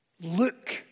look